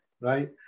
Right